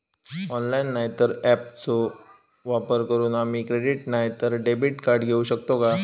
Online नाय तर ऍपचो वापर करून आम्ही क्रेडिट नाय तर डेबिट कार्ड घेऊ शकतो का?